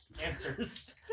answers